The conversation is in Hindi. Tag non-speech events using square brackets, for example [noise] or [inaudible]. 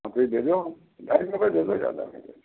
[unintelligible] दे दो [unintelligible] दे दो ज़्यादा नहीं [unintelligible]